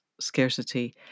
scarcity